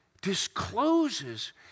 discloses